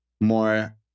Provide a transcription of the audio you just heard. more